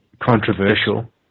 controversial